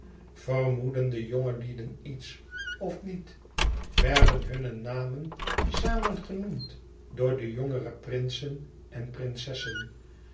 vermoedden de jongelieden iets of niet werden hunne namen samen genoemd door de jongere prinsen en prinsessen